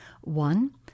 One